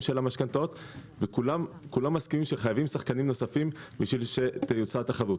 של המשכנתאות וכולם מסכימים שחייבים שחקנים נוספים כדי שתהיה תחרות.